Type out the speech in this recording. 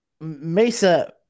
Mesa